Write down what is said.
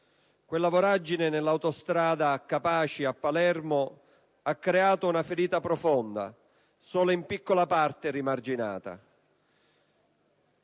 Quella voragine nell'autostrada a Capaci, Palermo, ha creato una ferita profonda, solo in piccola parte rimarginata.